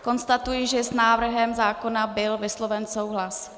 Konstatuji, že s návrhem zákona byl vysloven souhlas.